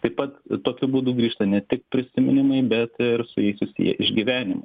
taip pat tokiu būdu grįžta ne tik prisiminimai bet ir su jais susiję išgyvenimai